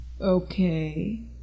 Okay